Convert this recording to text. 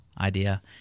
idea